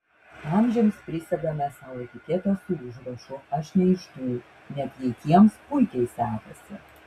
amžiams prisegame sau etiketę su užrašu aš ne iš tų net jei tiems puikiai sekasi